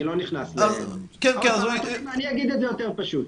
אני לא נכנס --- אני אגיד את זה יותר פשוט.